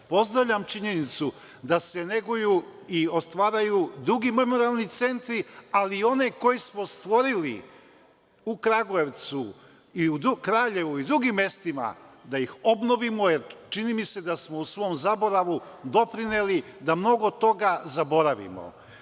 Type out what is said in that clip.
Pozdravljam činjenicu da se neguju i otvaraju memorijalni centri ali i one koje smo stvorili u Kragujevcu, Krljevu i u drugim mestima, da ih obnovimo jer čini mi se da smo u svom zaboravu doprineli da mnogo toga zaboravimo.